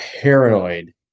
paranoid